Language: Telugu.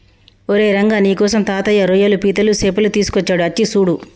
ఓరై రంగ నీకోసం తాతయ్య రోయ్యలు పీతలు సేపలు తీసుకొచ్చాడు అచ్చి సూడు